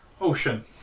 ocean